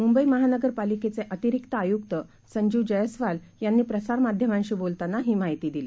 मुंबईमहानगरपालिकेचेअतिरिक्तआयुकतसंजीवजयस्वालयांनीप्रसारमाध्यमांशीबोलतानाहीमाहिती दिली